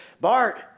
Bart